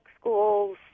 schools